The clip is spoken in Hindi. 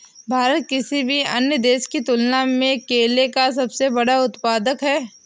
भारत किसी भी अन्य देश की तुलना में केले का सबसे बड़ा उत्पादक है